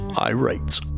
Irate